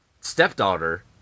stepdaughter